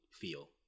feel